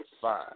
fine